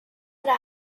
der